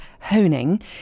honing